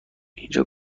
اینجا